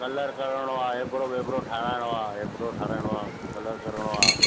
colour करिणो आहे eyebrow बाएब्रो ठाराइणो आहे आएब्रो ठाराइणो आहे कलर करिणो आहे